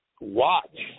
watch